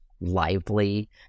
lively